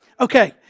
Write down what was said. Okay